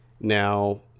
Now